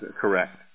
correct